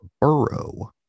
burrow